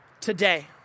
today